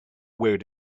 where